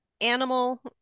animal